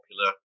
popular